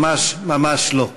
ממש ממש לא.